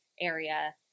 area